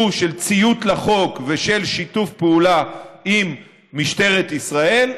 הוא של ציות לחוק ושל שיתוף פעולה עם משטרת ישראל,